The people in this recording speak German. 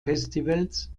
festivals